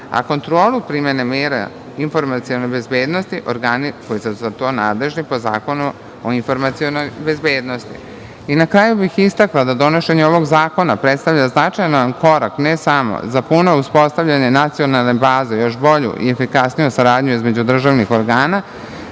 a kontrolu primene mera informacione bezbednosti organi koji su za to nadležni po Zakonu o informacionoj bezbednosti. Na kraju bih istakla da donošenje ovog zakona predstavlja značajan korak, ne samo za puno uspostavljanje nacionalne baze, još bolju i efikasniju saradnju između državnih organa,